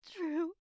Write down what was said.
true